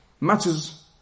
matters